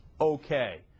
okay